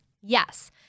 Yes